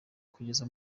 kugeza